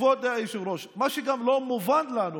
כבוד היושב-ראש, מה שלא מובן לנו,